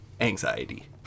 anxiety